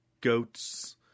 goats